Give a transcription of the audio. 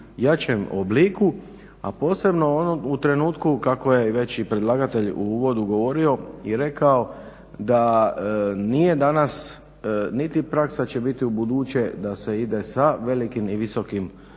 jačem obliku. A posebno onom u trenutku kako je već i predlagatelj u uvodu govorio i rekao da nije danas niti praksa će biti ubuduće da se ide sa velikim i visokim